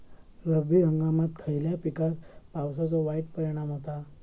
रब्बी हंगामात खयल्या पिकार पावसाचो वाईट परिणाम होता?